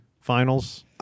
finals